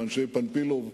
"אנשי פאנפילוב",